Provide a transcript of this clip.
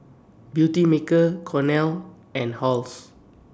Beautymaker Cornell and Halls